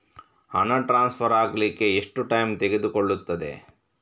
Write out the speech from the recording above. ಹಣ ಟ್ರಾನ್ಸ್ಫರ್ ಅಗ್ಲಿಕ್ಕೆ ಎಷ್ಟು ಟೈಮ್ ತೆಗೆದುಕೊಳ್ಳುತ್ತದೆ?